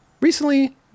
Recently